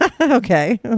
Okay